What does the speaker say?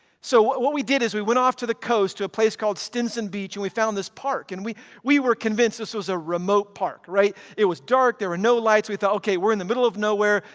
so what what we did is we went off to the coast to a place called stinson beach and we found this park and we we were convinced this was a remote park, right. it was dark, there were no lights. we thought, okay we're in the middle of nowhere.